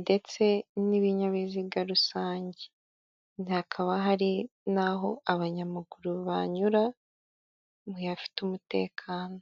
ndetse n'ibinyabiziga rusange, hakaba hari naho abanyamaguru banyura mu hafite umutekano.